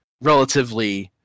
relatively